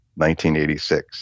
1986